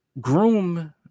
groom